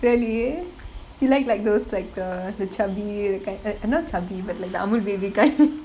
really you like like those like uh the chubby ki~ eh not chubby but like the Amul baby kind